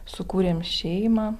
sukūrėm šeimą